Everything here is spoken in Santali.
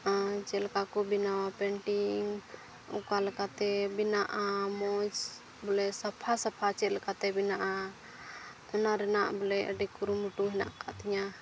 ᱪᱮᱫ ᱞᱮᱠᱟ ᱠᱚ ᱵᱮᱱᱟᱣᱟ ᱯᱮᱱᱴᱤᱝ ᱚᱠᱟ ᱞᱮᱠᱟᱛᱮ ᱵᱮᱱᱟᱜᱼᱟ ᱢᱚᱡᱽ ᱵᱚᱞᱮ ᱥᱟᱯᱷᱟ ᱥᱟᱯᱷᱟ ᱪᱮᱫ ᱞᱮᱠᱟᱛᱮ ᱵᱮᱱᱟᱜᱼᱟ ᱚᱱᱟ ᱨᱮᱱᱟᱜ ᱵᱚᱞᱮ ᱟᱹᱰᱤ ᱠᱩᱨᱩᱢᱩᱴᱩ ᱦᱮᱱᱟᱜ ᱟᱠᱟᱫ ᱛᱤᱧᱟᱹ